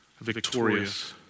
victorious